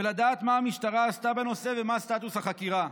ולדעת מה המשטרה עשתה בנושא ומה סטטוס החקירה.